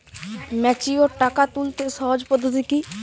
Mature টাকা তুলতে সহজ পদ্ধতি কি?